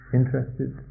interested